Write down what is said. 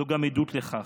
זו גם עדות לכך,